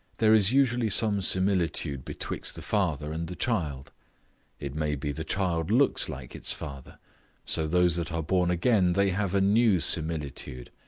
there is usually some similitude betwixt the father and the child it may be the child looks like its father so those that are born again, they have a new similitude,